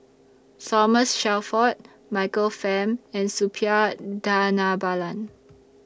Thomas Shelford Michael Fam and Suppiah Dhanabalan